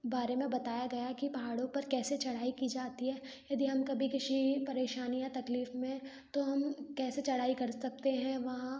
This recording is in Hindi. बारे में बताया गया कि पहाड़ों पर कैसे चढ़ाई की जाती है यदि हम कभी किसी परेशानी या तकलीफ में तो हम कैसे चढ़ाई कर सकते हैं वहाँ